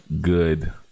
good